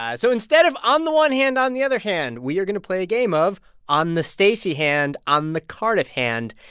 so instead of on the one hand, on the other hand, we are going to play a game of on the stacey hand, on the cardiff hand.